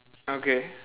okay